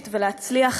תועמדו למשפט בהאג.